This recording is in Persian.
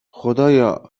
خدایا